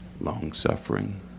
long-suffering